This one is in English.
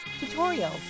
tutorials